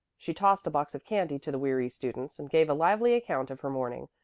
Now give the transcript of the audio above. she tossed a box of candy to the weary students, and gave a lively account of her morning,